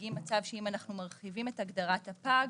מציגים מצב שאם מרחיבים את הגדרת הפג,